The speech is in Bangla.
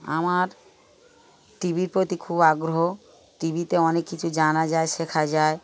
আমার টি ভির প্রতি খুব আগ্রহ টি ভিতে অনেক কিছু জানা যায় শেখা যায়